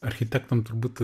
architektam turbūt